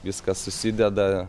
viskas susideda